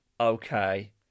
Okay